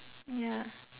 ya